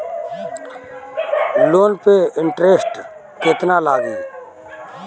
Loan पे interest केतना लागी?